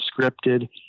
scripted